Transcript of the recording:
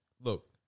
look